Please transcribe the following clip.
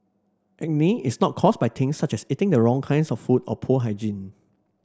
acne is not caused by things such as eating the wrong kinds of food or poor hygiene